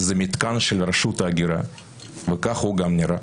זה מתקן של רשות ההגירה וכך הוא גם נראה.